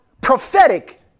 prophetic